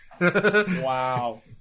Wow